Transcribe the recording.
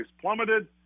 plummeted